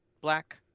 black